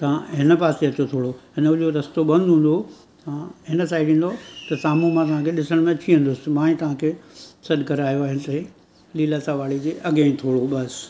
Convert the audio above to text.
तव्हां हिन पासे अचो थोरो हिनजो रस्तो बंदि हूंदो तव्हां हिन साइड ईंदो त साम्हूं मां तव्हांखे ॾिसण में अची वेंदुसि त मां ई तव्हांखे सॾु करायो आहे हिते लीलाशाह वाड़ी जे अॻियां ई थोरो बसि